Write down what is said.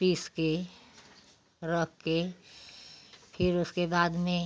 piece कर रख कर फिर उसके बाद में